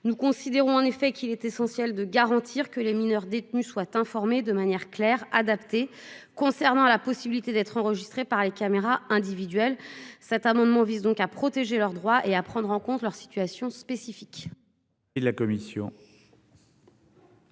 Nous considérons en effet qu'il est essentiel de garantir que les mineurs détenus soient informés de manière claire adapté. Concernant la possibilité d'être enregistrées par les caméras individuelles. Cet amendement vise donc à protéger leurs droits et à prendre en compte leur situation spécifique. Et la commission.